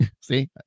See